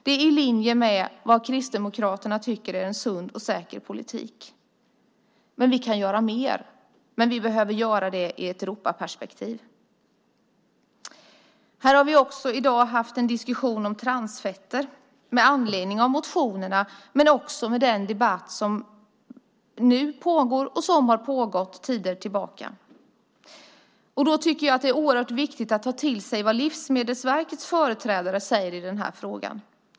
Det är i linje med vad Kristdemokraterna tycker är en sund och säker politik. Vi kan göra mer, men vi behöver göra det i ett Europaperspektiv. Här har vi i dag också haft en diskussion om transfetter, med anledning av motionerna men också den debatt som nu pågår och som har pågått sedan en tid tillbaka. Jag tycker att det är oerhört viktigt att ta till sig vad Livsmedelsverkets företrädare säger i frågan.